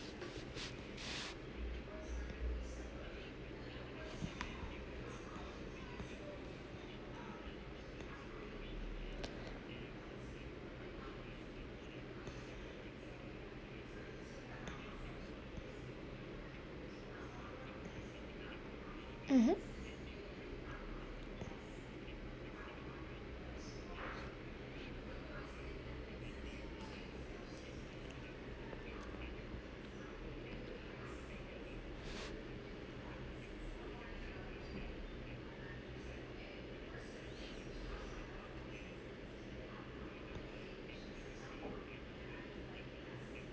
mmhmm